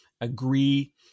agree